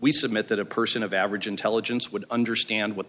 we submit that a person of average intelligence would understand what the